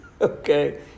Okay